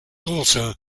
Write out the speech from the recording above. also